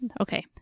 okay